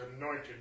anointed